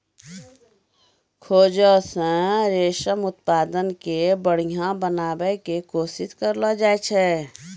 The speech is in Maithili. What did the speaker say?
खोजो से रेशम उत्पादन के बढ़िया बनाबै के कोशिश करलो जाय छै